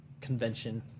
convention